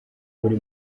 muri